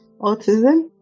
autism